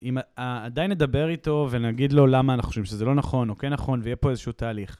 אם עדיין נדבר איתו ונגיד לו למה אנחנו חושבים שזה לא נכון או כן נכון ויהיה פה איזשהו תהליך.